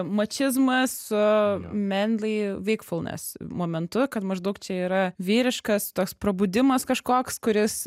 mačizmas su manly wakefulness momentu kad maždaug čia yra vyriškas toks prabudimas kažkoks kuris